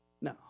No